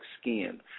skin